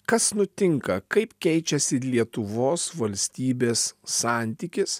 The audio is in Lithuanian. kas nutinka kaip keičiasi lietuvos valstybės santykis